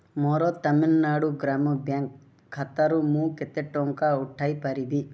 ମୋର ତାମିଲନାଡ଼ୁ ଗ୍ରାମ ବ୍ୟାଙ୍କ୍ ଖାତାରୁ ମୁଁ କେତେ ଟଙ୍କା ଉଠାଇ ପାରିବି